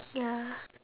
ya